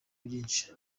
byinshi